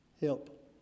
help